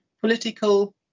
political